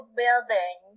building